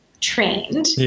trained